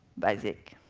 basic.